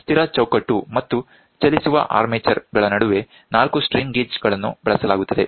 ಸ್ಥಿರ ಚೌಕಟ್ಟು ಮತ್ತು ಚಲಿಸುವ ಆರ್ಮೆಚರ್ ಗಳ ನಡುವೆ ನಾಲ್ಕು ಸ್ಟ್ರೈನ್ ಗೇಜ್ ಗಳನ್ನು ಬಳಸಲಾಗುತ್ತದೆ